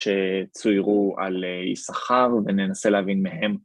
‫שצוירו על יששכר וננסה להבין מהם...